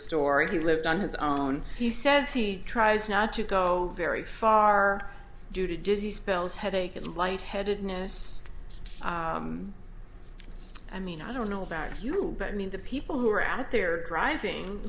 story he lived on his own he says he tries not to go very far due to disease spells headache and lightheadedness i mean i don't know about you but i mean the people who are out there driving